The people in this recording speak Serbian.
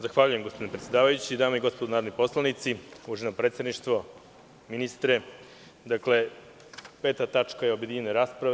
Zahvaljujem gospodine predsedavajući, dame i gospodo narodni poslanici, uvaženo predsedništvo, ministre, peta tačka je objedinjena rasprava.